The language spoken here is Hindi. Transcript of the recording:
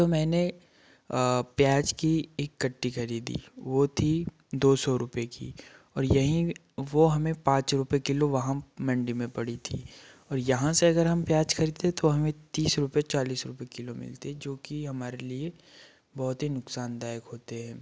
तो मैंने प्याज की एक कट्टी खरीदी वो थी दो सौ रुपए की और यहीं वो हमें पाँच रुपए किलो वहाँ मंडी में पड़ी थी और यहाँ से अगर हम प्याज खरीदते तो हमें तीस रुपए चालीस रुपये किलो मिलती जो कि हमारे लिए बहुत ही नुकसानदायक होते हैं